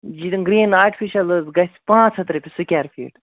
green artificial حظ گَژھِ پانژھ ہَتھ رۄپیہِ سُکیر فیٖٹ